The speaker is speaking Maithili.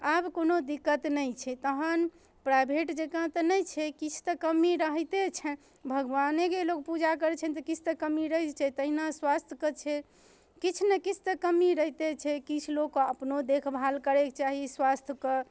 आब कोनो दिक्कत नहि छै तहन प्राइवेट जकाँ तऽ नहि छै किछु तऽ कमी रहिते छनि भगवानेके लोक पूजा करै छनि तऽ किछु तऽ कमी रहै छै तहिना स्वास्थ के छै किछु ने किछु तऽ कमी रहिते छै किछु लोकके अपनो देखभाल करैके चाही स्वास्थके